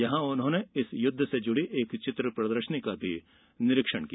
यहां उन्होंने इस युद्ध से जुड़ी चित्र प्रदर्शनी का निरीक्षण किया